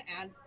add